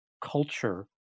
culture